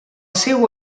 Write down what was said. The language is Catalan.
seu